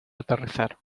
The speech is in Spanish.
aterrizar